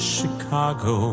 Chicago